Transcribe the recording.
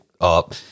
up